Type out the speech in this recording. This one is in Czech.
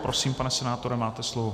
Prosím, pane senátore, máte slovo.